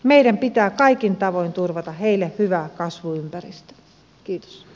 meidän pitää kaikin tavoin turvata heille hyvä kasvuympäristö